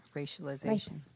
racialization